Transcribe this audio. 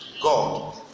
God